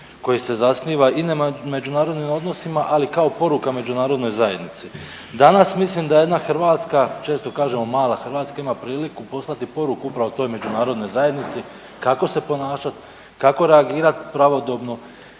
koji se zasniva i na međunarodnim odnosima, ali kao poruka međunarodnoj zajednici. Danas mislim da jedna Hrvatska često kažemo mala Hrvatska ima priliku poslati poruku upravo toj Međunarodnoj zajednici kako se ponašati, kako reagirati pravodobno